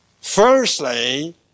Firstly